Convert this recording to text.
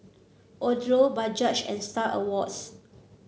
Odlo Bajaj and Star Awards